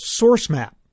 SourceMap